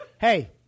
hey